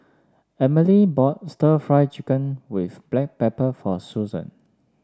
Emilee bought stir Fry Chicken with Black Pepper for Susan